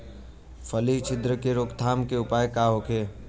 फली छिद्र से रोकथाम के उपाय का होखे?